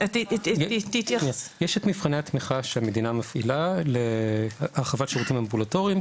יש את מבחני התמיכה שהמדינה מפעילה להרחבת שירותים אמבולטוריים,